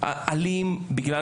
אלים בגלל